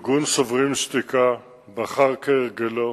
בחר, כהרגלו,